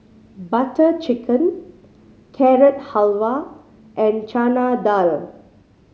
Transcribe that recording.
Butter Chicken Carrot Halwa and Chana Dal